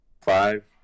Five